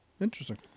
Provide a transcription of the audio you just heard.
interesting